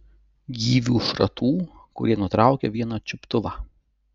gyvių šratų kurie nutraukė vieną čiuptuvą